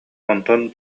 онтон